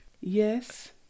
Yes